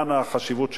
וכאן החשיבות שלהם.